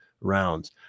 rounds